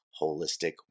Holistic